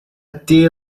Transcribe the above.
dear